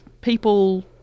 people